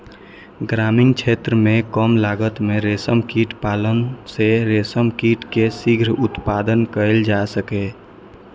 ग्रामीण क्षेत्र मे कम लागत मे रेशम कीट पालन सं रेशम कीट के शीघ्र उत्पादन कैल जा सकैए